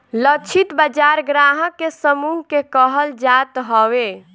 लक्षित बाजार ग्राहक के समूह के कहल जात हवे